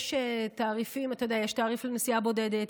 יש תעריף לנסיעה בודדת,